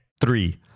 Three